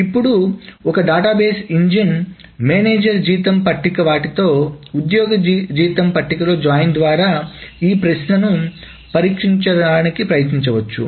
ఇప్పుడు ఒక database engine manager జీతం పట్టికవాటితో ఉద్యోగి జీతం పట్టికలో జాయిన్స్ ద్వారా ఈ ప్రశ్నను పరిష్కరించడానికి ప్రయత్నించవచ్చు